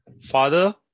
Father